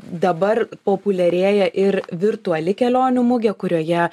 dabar populiarėja ir virtuali kelionių mugė kurioje